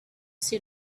see